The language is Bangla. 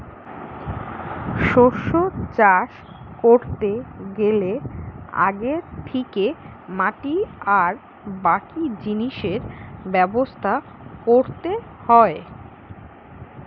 শস্য চাষ কোরতে গ্যালে আগে থিকে মাটি আর বাকি জিনিসের ব্যবস্থা কোরতে হয়